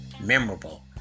memorable